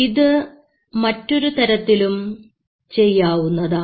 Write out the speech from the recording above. ഇത് മറ്റൊരു തരത്തിലും ചെയ്യാവുന്നതാണ്